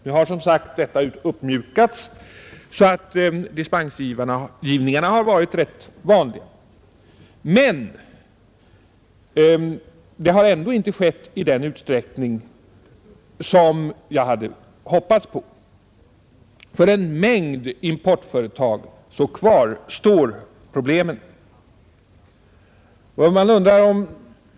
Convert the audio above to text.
Nu har prisstoppet, som sagt, uppmjukats så att dispenserna har blivit rätt vanliga, men de har ändå inte givits i den utsträckning som jag hade hoppats på. För en mängd importföretag kvarstår problemen.